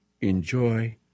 enjoy